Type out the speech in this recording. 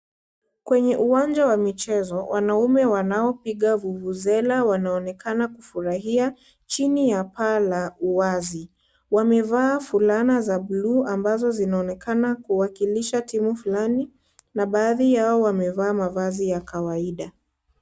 Kwenye uwanja wa michezo wanaume wanaopiga vuvuzela wanaonekana kufurahia chini ya paa la uwazi , wamevaa fulana za buluu ambazo zinaonekana kuwakilisha timu fulani na baadhi yao wamevaa mavazi ya kawaida.